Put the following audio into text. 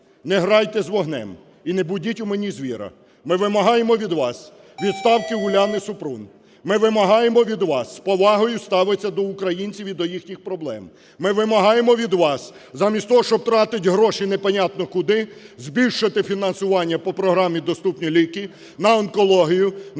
не грайте з вогнем і не будіть в мені звіра. Ми вимагаємо від вас відставки Уляни Супрун. Ми вимагаємо від вас з повагою ставитись до українців і до їхніх проблем. Ми вимагаємо від вас замість того, щоб тратити гроші не понятно куди, збільшити фінансування по програмі "Доступні ліки" на онкологію,